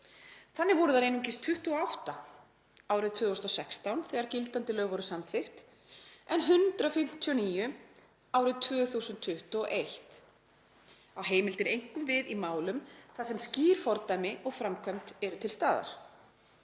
Þannig voru þær einungis 28 árið 2016 þegar gildandi lög voru samþykkt en 159 árið 2021. Á heimildin einkum við í málum þar sem skýr fordæmi og framkvæmd eru til staðar.